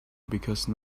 because